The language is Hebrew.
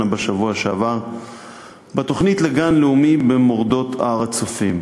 בשבוע שעבר בתוכנית לגן לאומי במורדות הר-הצופים.